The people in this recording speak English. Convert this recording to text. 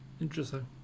Interesting